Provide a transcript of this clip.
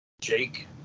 jake